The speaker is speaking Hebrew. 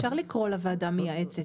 אפשר לקרוא לה ועדה מייעצת.